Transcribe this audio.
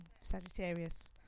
Sagittarius